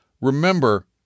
remember